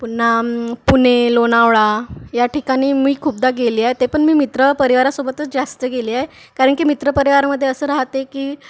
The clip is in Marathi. पुन्हा पुणे लोणावळा या ठिकाणी मी खूपदा गेले आहे ते पण मी मित्रपरिवारासोबतच जास्त गेले आहे कारण की मित्रपरिवारामध्ये असं राहते की